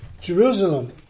Jerusalem